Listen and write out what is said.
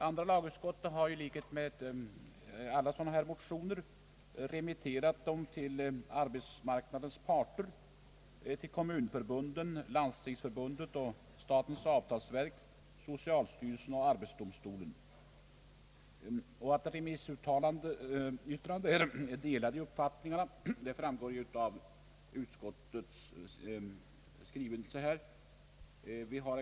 Andra lagutskottet har remitterat den förevarande motionen till arbetsmarknadens parter, Svenska kommunförbundet, Stadsförbundet, Svenska landstingsförbundet, statens avtalsverk, socialstyrelsen och arbetsdomstolen. Som framgår av utskottets skrivning har uppfattningarna i remissinstansernas yttranden varit delade.